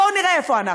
בואו נראה איפה אנחנו: